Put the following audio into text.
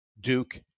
Duke